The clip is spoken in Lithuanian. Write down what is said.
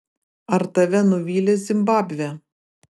ar tave nuvylė zimbabvė